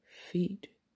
feet